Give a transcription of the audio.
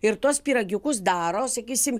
ir tuos pyragiukus daro sakysim